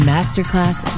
Masterclass